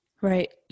right